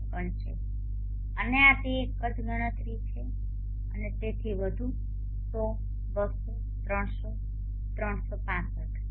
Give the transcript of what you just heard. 54 છે અને આ તે એક જ ગણતરી છે અને તેથી વધુ 100 200 300 365